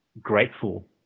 grateful